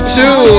two